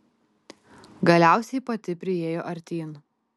galiausiai pati priėjo artyn